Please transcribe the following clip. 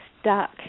stuck